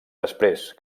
després